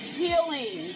healing